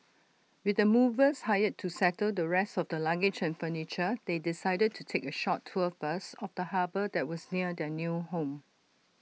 with the movers hired to settle the rest of the luggage and furniture they decided to take A short tour first of the harbour that was near their new home